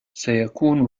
سيكون